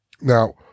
now